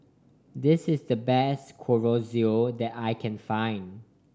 this is the best Chorizo that I can find